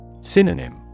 Synonym